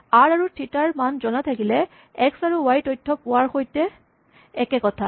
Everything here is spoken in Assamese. আৰ আৰু থিতা ৰ মান জনা মানে এক্স আৰু ৱাই তথ্য পোৱাৰ সৈতে একে কথা